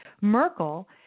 Merkel